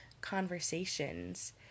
conversations